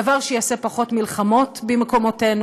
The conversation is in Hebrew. דבר שיעשה פחות מלחמות במקומותינו,